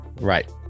Right